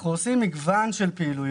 אז אפשר לראות שאנחנו עושים מגוון של פעילויות,